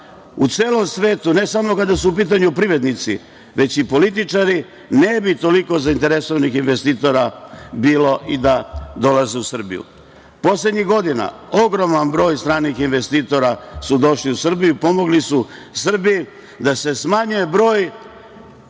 u celom svetu, ne samo kada su u pitanju privrednici, već i političari, ne bi toliko zainteresovanih investitora bilo i da dolaze u Srbiju. Poslednjih godina ogroman broj stranih investitora je došlo u Srbiji i pomogli su Srbiji da se smanjuje broj